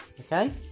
okay